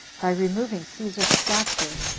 by removing caesar's statue,